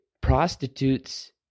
prostitutes